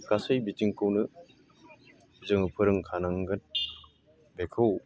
गासै बिथिंखौनो जोङो फोरोंखानांगोन बेखौ